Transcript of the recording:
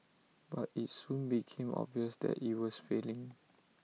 but IT soon became obvious that IT was failing